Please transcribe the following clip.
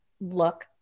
Look